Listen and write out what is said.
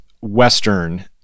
Western